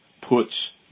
puts